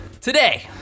today